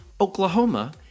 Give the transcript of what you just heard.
Oklahoma